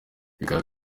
bikaba